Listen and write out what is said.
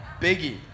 Biggie